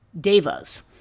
devas